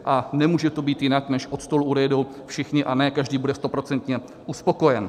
A nemůže to být jinak, než od stolu odejdou všichni a ne každý bude stoprocentně uspokojen.